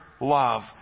love